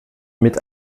mit